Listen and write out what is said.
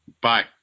Bye